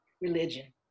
religion